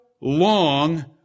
long